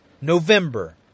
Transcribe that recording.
November